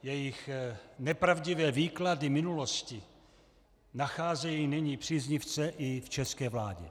Jejich nepravdivé výklady minulosti nacházejí nyní příznivce i v české vládě.